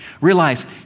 realize